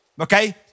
okay